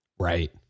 Right